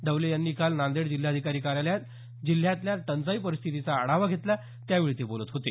डवले यांनी काल नांदेड जिल्हाधिकारी कार्यालयात जिल्ह्यातल्या टंचाई परिस्थितीचा आढावा घेतला त्यावेळी ते बोलत होते